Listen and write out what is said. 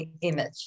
image